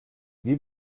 wie